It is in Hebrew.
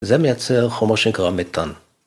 זה מייצר חומר שנקרא מתאן.